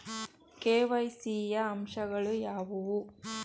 KYC ಯ ಅಂಶಗಳು ಯಾವುವು?